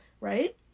Right